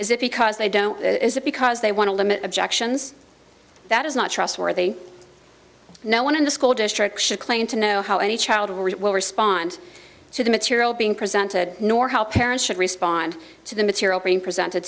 is it because they don't it is that because they want to limit objections that is not trustworthy no one in the school district should claim to know how any child will respond to the material being presented nor how parents should respond to the material being presented